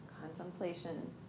Contemplation